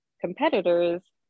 competitors